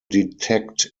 detect